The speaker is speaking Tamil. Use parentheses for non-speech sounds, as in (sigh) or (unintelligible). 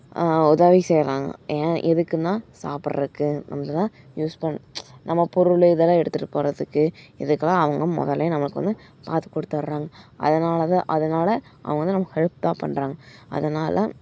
உதவி செய்யறாங்க ஏன் எதுக்குன்னா சாப்பிட்றக்கு (unintelligible) யூஸ் பண் நம்ம பொருள் இதெல்லாம் எடுத்துகிட்டு போகறதுக்கு இதுக்கு எல்லாம் அவங்க மொதல்ல நம்மளுக்கு வந்து பார்த்து கொடுத்துர்றாங்க அதனால் தான் அதனால அவங்க வந்து நமக்கு ஹெல்ப் தான் பண்ணுறாங்க அதனால